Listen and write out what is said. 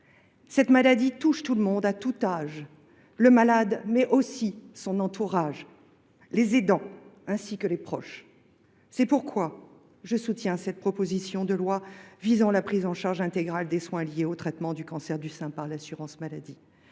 Cette maladie touche tout le monde, à tout âge : le malade, mais aussi son entourage, les aidants ainsi que les proches. C’est pourquoi je soutiens la présente proposition de loi visant la prise en charge intégrale des soins liés au traitement du cancer du sein par l’assurance maladie.